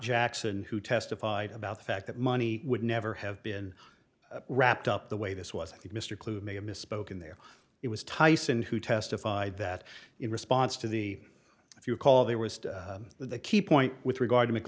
jackson who testified about the fact that money would never have been wrapped up the way this was mr clooney may have misspoken there it was tyson who testified that in response to the if you recall there was the key point with regard to m